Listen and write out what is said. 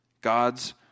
God's